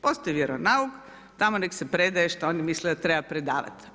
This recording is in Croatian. Postoji vjeronauk, tamo nek se predaje što oni misle da treba predavati.